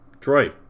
Troy